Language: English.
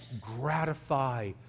Gratify